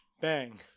bang